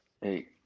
hey